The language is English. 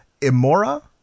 Imora